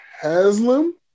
Haslam